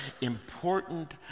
Important